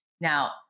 Now